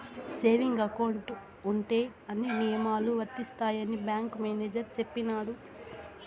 saving account ఉంటే అన్ని నియమాలు వర్తిస్తాయని బ్యాంకు మేనేజర్ చెప్పినారు